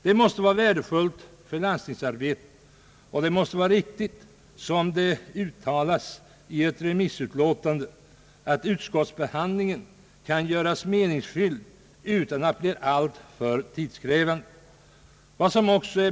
Det måste vara värdefullt för landstingsarbetet och riktigt att, som det uttalas i ett remissvar, utskottsbehand lingen kan göras meningsfylld utan att bli alltför tidskrävande.